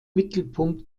mittelpunkt